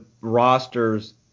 rosters